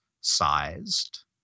sized